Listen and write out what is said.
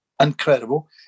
Incredible